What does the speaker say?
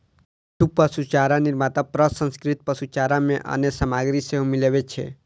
किछु पशुचारा निर्माता प्रसंस्कृत पशुचारा मे अन्य सामग्री सेहो मिलबै छै